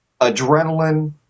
adrenaline